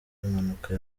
impanuka